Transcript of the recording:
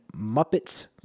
Muppet's